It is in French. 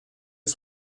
est